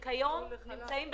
נמצאים כיום בחל"ת,